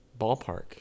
ballpark